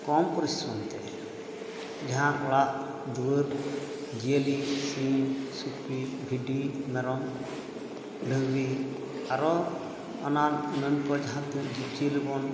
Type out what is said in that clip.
ᱠᱚᱢ ᱯᱚᱨᱤᱥᱨᱚᱢᱛᱮ ᱡᱟᱦᱟᱸ ᱚᱲᱟᱜ ᱫᱩᱣᱟᱹᱨ ᱡᱤᱭᱟᱹᱞᱤ ᱥᱤᱢ ᱥᱩᱠᱨᱤ ᱵᱷᱤᱰᱤ ᱢᱮᱨᱚᱢ ᱰᱟᱹᱝᱨᱤ ᱟᱨᱚ ᱮᱢᱟᱱ ᱡᱟᱦᱟᱸ ᱛᱤᱱᱟᱹᱜ ᱡᱤᱵᱽ ᱡᱤᱭᱟᱹᱞᱤ ᱵᱚᱱ